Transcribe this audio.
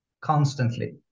constantly